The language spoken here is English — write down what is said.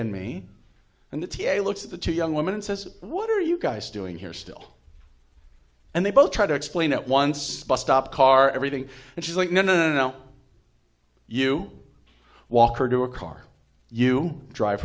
and me and the t s a looks at the two young women and says what are you guys doing here still and they both try to explain at once bus stop car everything and she's like no no no you walk her to a car you drive